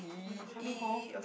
oh ya help me hold